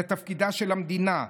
זה תפקידה של המדינה,